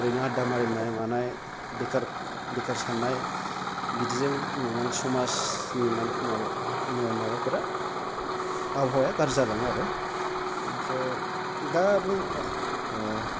ओरैनो आददा मारिनाय मानाय बेखार बेखार साननाय बिदिजों समाजनि मा माबाफोरा आबहावाया गाज्रि जालाङो आरो ओमफ्राय दा बुङो